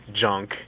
junk